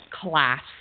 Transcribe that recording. class